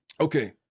okay